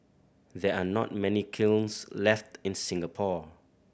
there are not many kilns left in Singapore